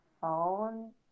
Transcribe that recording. phone